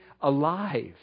alive